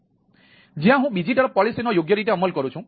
જ્યાં હું બીજી તરફ પોલિસીનો યોગ્ય રીતે અમલ કરું છું